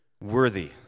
worthy